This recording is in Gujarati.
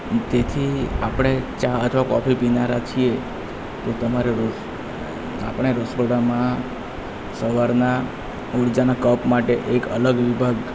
તેથી આપણે ચા અથવા કોફી પીનારા છીએ તે તમારે આપણે રસોડામાં સવારના ઊર્જાના કપ માટે એક અલગ વિભાગ